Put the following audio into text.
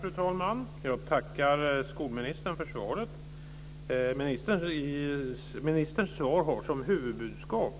Fru talman! Jag tackar skolministern för svaret. Ministerns svar har som huvudbudskap